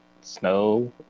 snow